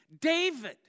David